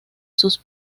sus